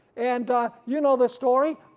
and you know the story,